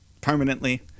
permanently